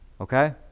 Okay